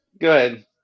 good